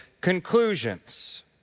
conclusions